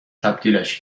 تبدیلش